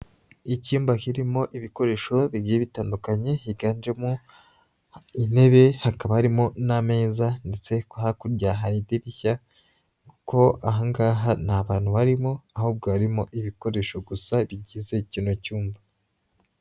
Icyumba kirimo ibikoresho bigiye bitandukanye, higanjemo intebe, hakaba harimo n'ameza ndetse hakurya hari idirishya kuko aha ngaha nta bantu barimo ahubwo harimo ibikoresho gusa bigize kino cyumba.